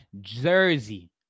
jersey